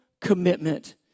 commitment